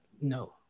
no